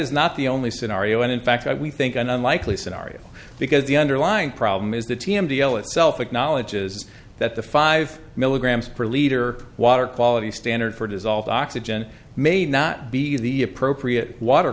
is not the only scenario and in fact i we think an unlikely scenario because the underlying problem is the t m deal itself acknowledges that the five milligrams per liter water quality standard for dissolved oxygen may not be the appropriate water